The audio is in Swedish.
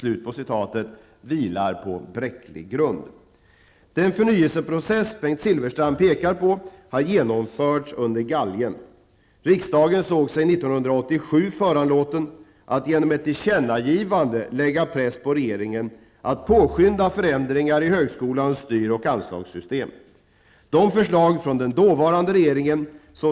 Där genomförs nu en decentralisering av ansvar och befogenheter. Treåriga budgetramar införs och den relativt detaljerade centrala planeringen som nu gäller ersätts av en ordning där förnyelse och utveckling förutsätts ske lokalt ute i högskolorna.